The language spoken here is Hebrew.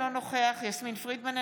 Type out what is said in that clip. אינו נוכח יסמין פרידמן,